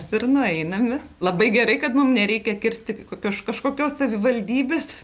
ir nueiname labai gerai kad mum nereikia kirsti kokia kažkokios savivaldybės